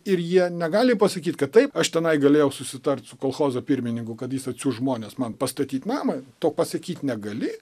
ir jie negali pasakyt kad taip aš tenai galėjau susitart su kolchozo pirmininku kad jis atsiųs žmones man pastatyti namą to pasakyt negali